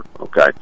Okay